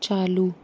चालू